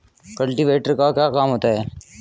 Cultivator का क्या काम होता है?